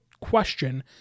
question